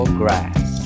grass